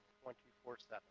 24-7